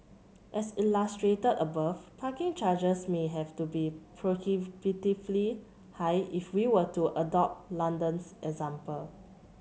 as illustrated above parking charges may have to be prohibitively high if we were to adopt London's example